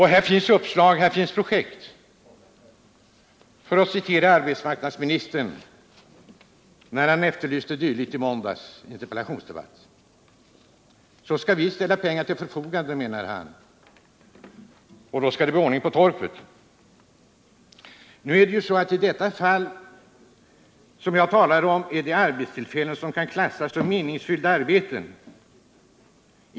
Här finns det uppslag, här finns det projekt, för att citera arbetsmarknadsministern, när han efterlyste uppslag i måndagens interpellationsdebatt. Då skall vi ställa pengar till förfogande, menade han, och då skall det bli ordning på torpet. I det fall som jag talar om gäller det arbetstillfällen som kan klassas som meningsfyllda arbeten.